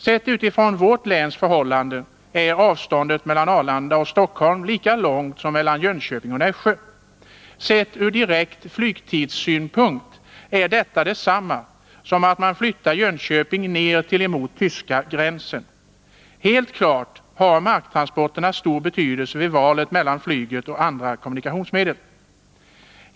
Sett utifrån vårt läns förhållanden är avståndet mellan Arlanda och Stockholm lika långt som mellan Jönköping och Nässjö. Sett ur direkt flygtidssynpunkt är detta detsamma som att man flyttar Jönköping ner emot tyska gränsen. Helt klart har marktransporterna stor betydelse vid valet mellan flyget och andra kommunikationsmedel.